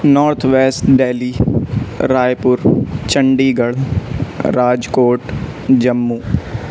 north west Delhi Raipur Chandigarh Rajkot Jammu